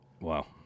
Wow